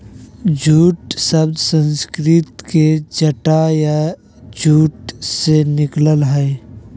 jute शब्द संस्कृत के जटा या जूट से निकलल हइ